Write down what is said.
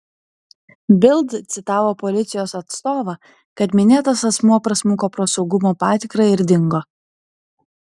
bild citavo policijos atstovą kad minėtas asmuo prasmuko pro saugumo patikrą ir dingo